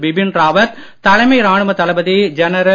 பிபின் ராவத் தலைமை ராணுவ தளபதி ஜெனரல்